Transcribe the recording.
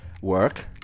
work